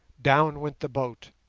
down went the boat,